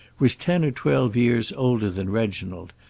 was ten or twelve years older than reginald,